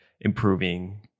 improving